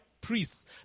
priests